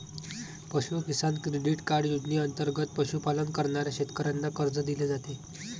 पशु Kisan credit card योजनेंतर्गत पशुपालन करणाऱ्या शेतकऱ्यांना कर्ज दिले जाते